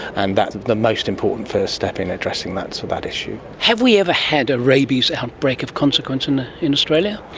and that's the most important first step in addressing that so that issue. have we ever had a rabies outbreak of consequence in in australia?